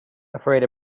afraid